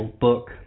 book